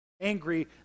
angry